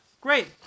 great